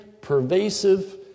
pervasive